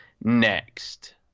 next